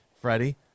Freddie